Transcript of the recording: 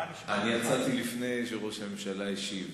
יצאתי לפני שראש הממשלה השיב.